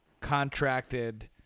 Contracted